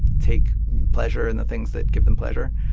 take pleasure in the things that give them pleasure.